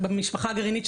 במשפחה הגרעינית,